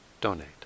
donate